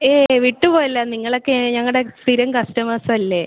ഏയ് വിട്ട് പോയില്ല നിങ്ങളക്കെ ഞങ്ങളുടെ സ്ഥിരം കസ്റ്റമേഴ്സല്ലേ